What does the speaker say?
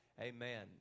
amen